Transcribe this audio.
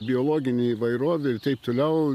biologinę įvairovę ir taip toliau